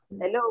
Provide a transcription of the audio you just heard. Hello